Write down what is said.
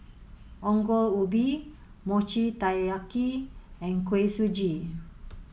Ongol Ubi Mochi Taiyaki and Kuih Suji